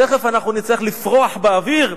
תיכף אנחנו נצטרך לפרוח באוויר,